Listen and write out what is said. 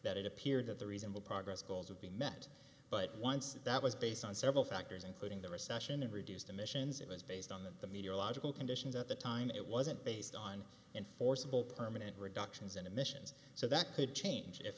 that it appeared that the reasonable progress goals of the met but once that was based on several factors including the recession and reduced emissions it was based on that the media logical conditions at the time it wasn't based on in forcible permanent reductions in emissions so that could change if